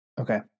okay